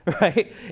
right